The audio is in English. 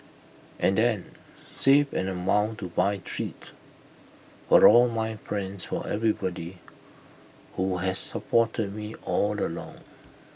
and then save an amount to buy treats for all my friends for everybody who has supported me all along